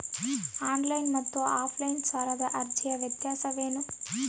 Online ಮತ್ತು offline ಸಾಲದ ಅರ್ಜಿಯ ವ್ಯತ್ಯಾಸ ಏನು?